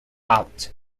out